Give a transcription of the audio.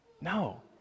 No